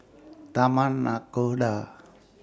Taman Nakhoda